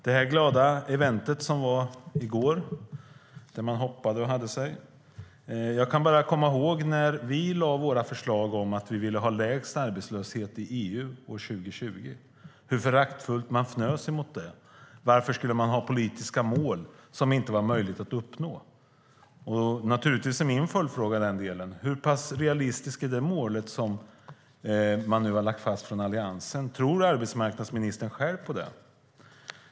Vi såg det glada eventet i går där man hoppade och hade sig. Jag kommer ihåg hur föraktfullt man fnös när vi lade fram våra förslag om att vi ville lägst arbetslöshet i EU år 2020. Varför skulle man ha politiska mål som det inte var möjligt att uppnå? Naturligtvis är min följdfråga: Hur pass realistiskt är Alliansens mål? Tror arbetsmarknadsministern själv på det?